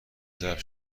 ظرف